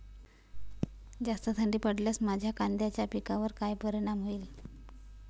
जास्त थंडी पडल्यास माझ्या कांद्याच्या पिकावर काय परिणाम होईल?